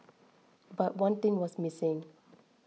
but one thing was missing